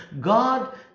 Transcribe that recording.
God